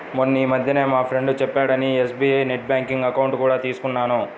మొన్నీమధ్యనే మా ఫ్రెండు చెప్పాడని ఎస్.బీ.ఐ నెట్ బ్యాంకింగ్ అకౌంట్ కూడా తీసుకున్నాను